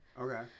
Okay